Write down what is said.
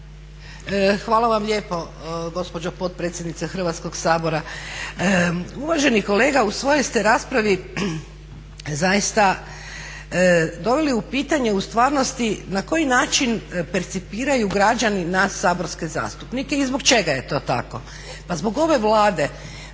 Hvala vam lijepo gospođo potpredsjednice Hrvatskog sabora. Uvaženi kolega, u svojoj ste raspravi zaista doveli u pitanje u stvarnosti na koji način percipiraju građani nas saborske zastupnike i zbog čega je to tako. Pa zbog ove Vlade